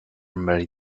marry